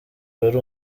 wari